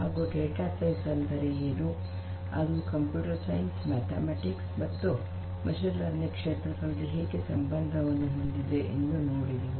ಹಾಗೂ data science ಅಂದರೆ ಏನು ಅದು ಕಂಪ್ಯೂಟರ್ ಸೈನ್ಸ್ ಮ್ಯಾಥೆಮ್ಯಾಟಿಕ್ಸ್ ಮತ್ತು ಮಷೀನ್ ಲರ್ನಿಂಗ್ ಕ್ಷೇತ್ರಗಲ್ಲಿ ಹೇಗೆ ಸಂಬಂಧವನ್ನು ಹೊಂದಿದೆ ಎಂದು ನೋಡಿದೆವು